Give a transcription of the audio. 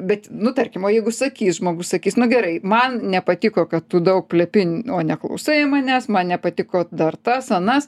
bet nu tarkim o jeigu sakys žmogus sakys nu gerai man nepatiko kad tu daug plepi o neklausai manęs man nepatiko dar tas anas